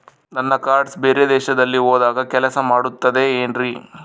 ನನ್ನ ಕಾರ್ಡ್ಸ್ ಬೇರೆ ದೇಶದಲ್ಲಿ ಹೋದಾಗ ಕೆಲಸ ಮಾಡುತ್ತದೆ ಏನ್ರಿ?